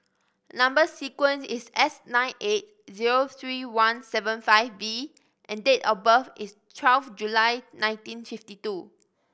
number sequence is S nine eight zero three one seven five V and date of birth is twelve July nineteen fifty two